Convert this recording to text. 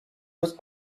was